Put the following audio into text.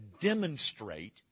demonstrate